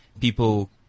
people